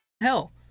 Hell